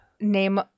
name